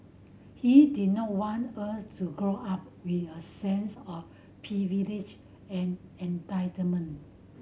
he didn't want us to grow up with a sense of privilege and entitlement